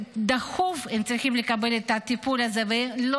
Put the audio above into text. והם צריכים לקבל את הטיפול הזה דחוף ולא